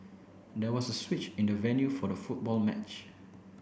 there was a switch in the venue for the football match